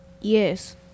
Yes